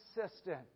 consistent